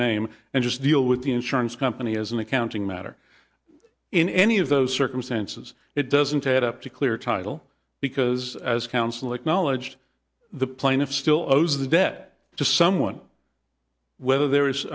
name and just deal with the insurance company as an accounting matter in any of those circumstances it doesn't add up to clear title because as counsel acknowledged the plaintiff still owes the debt just someone whether there is